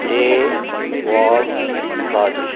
ஏ Palraj